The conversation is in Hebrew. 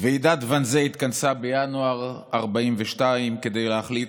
ועידת ואנזה התכנסה בינואר 1942 כדי להחליט